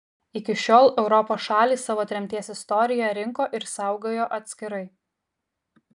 iki šiol europos šalys savo tremties istoriją rinko ir saugojo atskirai